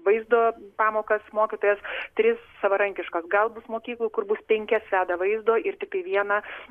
vaizdo pamokas mokytojas tris savarankiškas gal bus mokyklų kur bus penkias veda vaizdo ir tiktai vieną